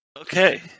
Okay